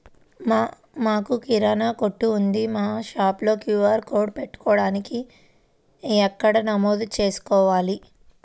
మాకు కిరాణా కొట్టు ఉంది మా షాప్లో క్యూ.ఆర్ కోడ్ పెట్టడానికి ఎక్కడ నమోదు చేసుకోవాలీ?